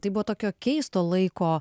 tai buvo tokio keisto laiko